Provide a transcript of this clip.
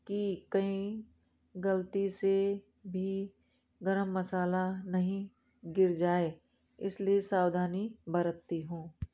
कि कहीं गलती से भी गर्म मसाला नहीं गिर जाए इसलिए सावधानी बरतती हूँ